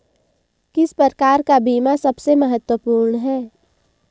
किस प्रकार का बीमा सबसे महत्वपूर्ण है?